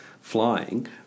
flying